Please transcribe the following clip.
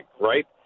right